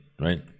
Right